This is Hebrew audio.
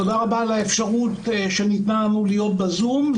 תודה רבה על האפשרות שניתנה לנו להיות בזום.